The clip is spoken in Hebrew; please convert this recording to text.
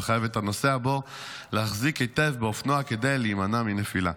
המחייב את הנוסע בו להחזיק היטב באופנוע כדי להימנע מנפילה.